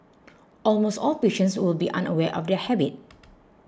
almost all patients will be unaware of their habit